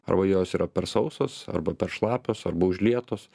arba jos yra per sausos arba per šlapios arba užlietos